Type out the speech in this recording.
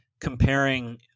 comparing